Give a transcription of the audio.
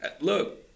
look